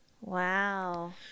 Wow